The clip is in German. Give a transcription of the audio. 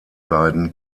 beiden